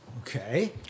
Okay